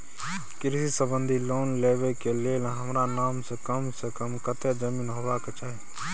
कृषि संबंधी लोन लेबै के के लेल हमरा नाम से कम से कम कत्ते जमीन होबाक चाही?